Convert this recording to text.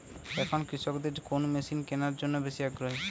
এখন কৃষকদের কোন মেশিন কেনার জন্য বেশি আগ্রহী?